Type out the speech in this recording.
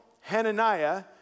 Hananiah